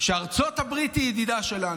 שארצות הברית היא ידידה שלנו.